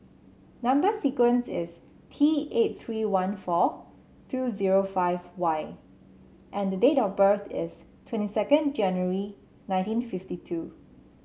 number sequence is T eight three one four two zero five Y and the date of birth is twenty second January nineteen fifty two